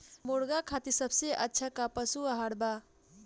मुर्गा खातिर सबसे अच्छा का पशु आहार बा?